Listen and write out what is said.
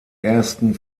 ersten